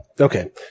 Okay